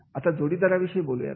आता जोडीदाराविषयी बोलूयात